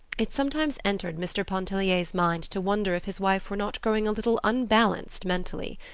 it sometimes entered mr. pontellier's mind to wonder if his wife were not growing a little unbalanced mentally.